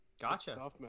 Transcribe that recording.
Gotcha